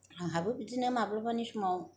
आंहाबो बिदिनो माब्लाबानि समाव